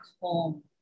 home